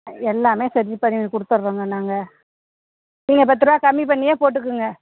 எல்லாமே செட்டில் பண்ணி கொடுத்துட்றோங்க நாங்கள் நீங்கள் பத்துரூவா கம்மி பண்ணியே போட்டுக்குங்க